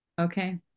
Okay